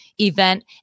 event